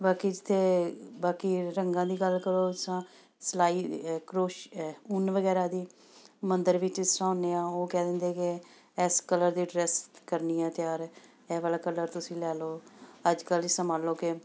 ਬਾਕੀ ਜਿੱਥੇ ਬਾਕੀ ਰੰਗਾਂ ਦੀ ਗੱਲ ਕਰੋ ਜਿਸ ਤਰ੍ਹਾਂ ਸਿਲਾਈ ਅ ਕਰੋਸ਼ ਅ ਉੱਨ ਵਗੈਰਾ ਦੀ ਮੰਦਿਰ ਵਿੱਚ ਜਿਸ ਤਰ੍ਹਾਂ ਹੁੰਦੇ ਆ ਉਹ ਕਹਿ ਦਿੰਦੇ ਕਿ ਇਸ ਕਲਰ ਦੀ ਡਰੈਸ ਕਰਨੀ ਆ ਤਿਆਰ ਇਹ ਵਾਲਾ ਕਲਰ ਤੁਸੀਂ ਲੈ ਲਿਉ ਅੱਜ ਕੱਲ੍ਹ ਜਿਸ ਤਰ੍ਹਾਂ ਮੰਨ ਲਿਉ ਕਿ